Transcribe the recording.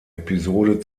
episode